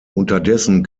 unterdessen